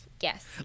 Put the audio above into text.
Yes